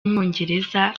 w’umwongereza